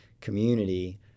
community